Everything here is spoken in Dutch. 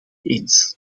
eens